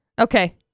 Okay